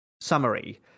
summary